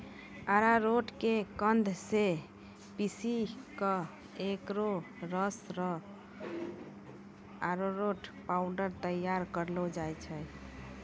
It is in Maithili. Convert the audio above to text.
अरारोट के कंद क पीसी क एकरो रस सॅ अरारोट पाउडर तैयार करलो जाय छै